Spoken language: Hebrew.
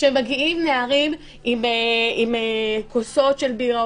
שמגיעים נערים עם כוסות של בירה,